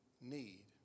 need